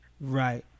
right